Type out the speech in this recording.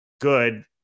good